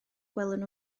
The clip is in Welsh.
gwelwn